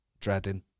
dreading